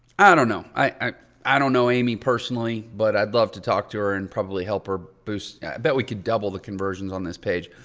i don't know. i i don't know amy personally. but i'd love to talk to her and probably help her boost. i bet we could double the conversions on this page.